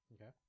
Okay